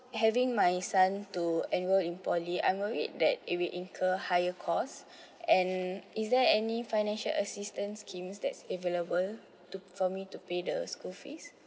having my son to enroll in poly I'm worried that if it incur higher cost and is there any financial assistance scheme that's available to for me to pay the school fees